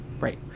Right